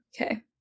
Okay